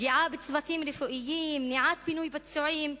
פגיעה בצוותים רפואיים, מניעת פינוי פצועים.